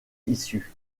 issue